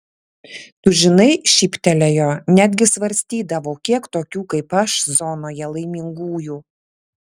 tu žinai šyptelėjo netgi svarstydavau kiek tokių kaip aš zonoje laimingųjų